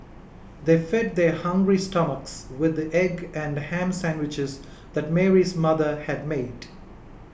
they fed their hungry stomachs with the egg and ham sandwiches that Mary's mother had made